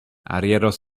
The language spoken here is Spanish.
arrieros